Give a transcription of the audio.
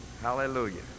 hallelujah